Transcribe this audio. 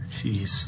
jeez